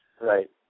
Right